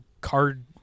card